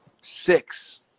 six